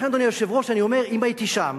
לכן, אדוני היושב-ראש, אני אומר שאם הייתי שם,